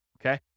Okay